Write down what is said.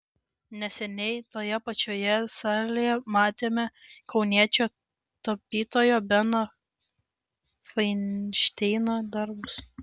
neseniai toje pačioje salėje matėme kauniečio tapytojo beno fainšteino darbus